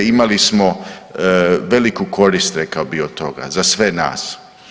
Imali smo veliki korist, rekao bih od toga, za sve nas.